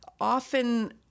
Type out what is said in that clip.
often